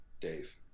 dave